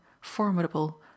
formidable